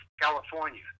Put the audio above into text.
California